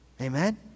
Amen